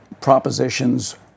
propositions